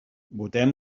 votem